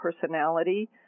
personality